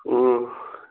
ꯎꯝ